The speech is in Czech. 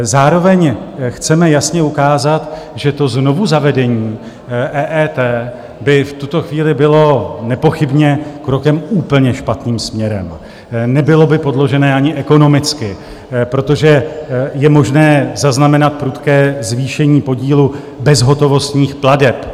Zároveň chceme jasně ukázat, že znovuzavedení EET by v tuto chvíli bylo nepochybně krokem úplně špatným směrem, nebylo by podložené ani ekonomicky, protože je možné zaznamenat prudké zvýšení podílu bezhotovostních plateb.